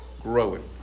Growing